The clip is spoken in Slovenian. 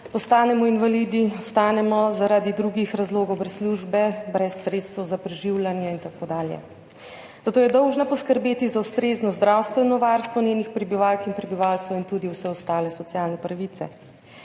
postanemo invalidi, ostanemo zaradi drugih razlogov brez službe, brez sredstev za preživljanje in tako dalje. Zato je dolžna poskrbeti za ustrezno zdravstveno varstvo svojih prebivalk in prebivalcev in tudi vse ostale socialne pravice.